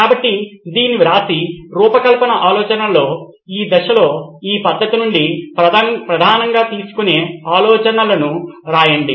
కాబట్టి దీన్ని వ్రాసి రూపకల్పన ఆలోచనలో ఈ దశలో ఈ పద్ధతి నుండి ప్రధానంగా తీసుకునే ఆలోచనలను రాయండి